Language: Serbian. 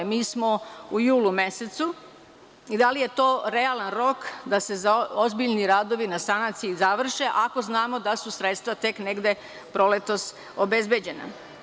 Mi smo u julu mesecu i da li je to realan rok da se ozbiljni radovi na sanaciji završe ako znamo da su sredstva tek negde proletos obezbeđena.